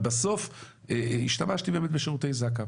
אבל בסוף השתמשתי באמת בשירותי זק"א.